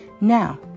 Now